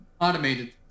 automated